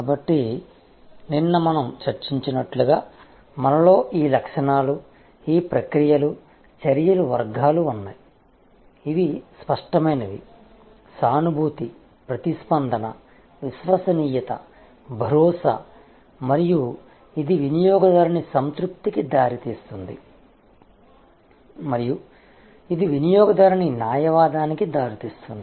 కాబట్టి నిన్న మనం చర్చించినట్లుగా మనలో ఈ లక్షణాలు ఈ ప్రక్రియలు చర్యల వర్గాలు ఉన్నాయి ఇవి స్పష్టమైనవి సానుభూతి ప్రతిస్పందన విశ్వసనీయత భరోసా మరియు ఇది వినియోగదారుని సంతృప్తికి దారి తీస్తుంది మరియు ఇది వినియోగదారుని న్యాయవాదానికి దారి తీస్తుంది